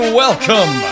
welcome